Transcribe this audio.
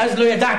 ואז לא ידעתי,